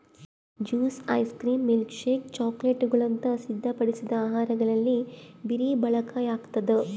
juice ice cream milkshake ಚಾಕೊಲೇಟ್ಗುಳಂತ ಸಿದ್ಧಪಡಿಸಿದ ಆಹಾರಗಳಲ್ಲಿ ಬೆರಿ ಬಳಕೆಯಾಗ್ತದ